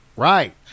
right